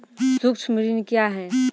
सुक्ष्म ऋण क्या हैं?